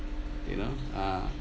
you know ah